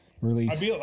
Release